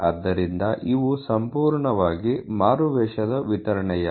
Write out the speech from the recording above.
ಆದ್ದರಿಂದ ಇವು ಸಂಪೂರ್ಣವಾಗಿ ಮಾರುವೇಷದ ವಿತರಣೆಯಾಗಿದೆ